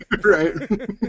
Right